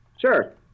Sure